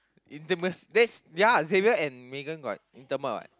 intimic~ that's ya Xavier and Megan got intimate [what]